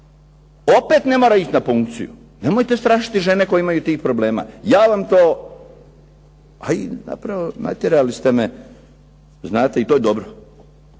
Opet ne mora ići na punkciju, nemojte strašiti žene koje imaju tih problema. Ja vam to, a i zapravo natjerali ste me, znate i to je dobro